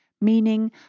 Meaning